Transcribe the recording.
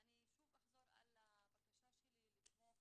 אני שוב אחזור על הבקשה שלי לתמוך